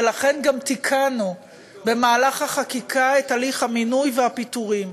ולכן גם תיקנו במהלך החקיקה את הליך המינוי והפיטורים.